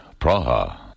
Praha